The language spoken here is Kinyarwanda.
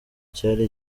cyari